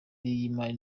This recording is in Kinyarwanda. w’imali